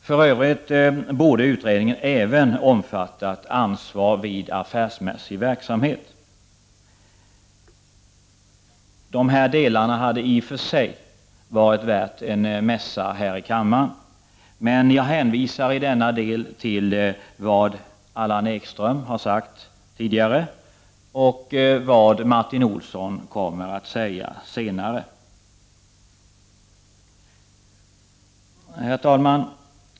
För övrigt borde utredningen även ha omfattat ansvar vid affärsmässig verksamhet. De här delarna hade i och för sig varit värda en mässa här i kammaren, men jag hänvisar i denna del till vad Allan Ekström har sagt tidigare och till vad Martin Olsson kommer att säga senare. Herr talman!